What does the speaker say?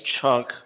chunk